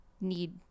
Need